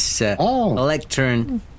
electron